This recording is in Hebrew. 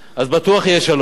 אז בטוח יהיה שלום.